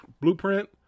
blueprint